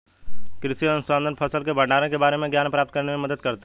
कृषि अनुसंधान फसल के भंडारण के बारे में ज्ञान प्राप्त करने में मदद करता है